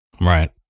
Right